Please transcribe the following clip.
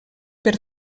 per